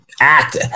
act